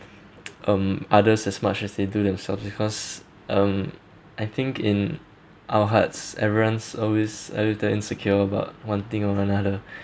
um others as much as they do themselves because um I think in our hearts everyone's always every time insecure about one thing over another